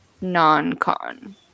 non-con